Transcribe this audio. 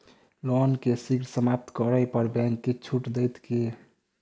loan केँ शीघ्र समाप्त करै पर बैंक किछ छुट देत की